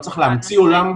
לא צריך להמציא עולם,